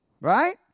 Right